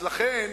אז לכן,